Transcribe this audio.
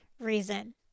reason